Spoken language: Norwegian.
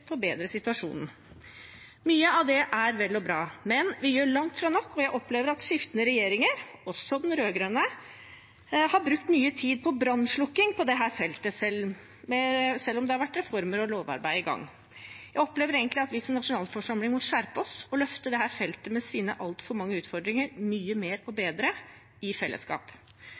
forbedre situasjonen. Mye av det er vel og bra, men vi gjør langt fra nok, og jeg opplever at skiftende regjeringer, også den rød-grønne, har brukt mye tid på brannslukking på dette feltet, selv om det har vært reformer og lovarbeid i gang. Jeg opplever egentlig at vi som nasjonalforsamling må skjerpe oss og løfte dette feltet med dets altfor mange utfordringer mye mer og bedre, i fellesskap.